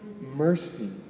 mercy